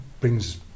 brings